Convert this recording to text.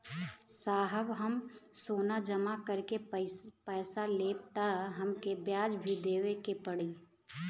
साहब हम सोना जमा करके पैसा लेब त हमके ब्याज भी देवे के पड़ी?